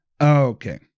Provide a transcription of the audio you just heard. Okay